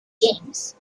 games